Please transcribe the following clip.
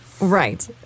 Right